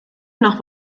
nach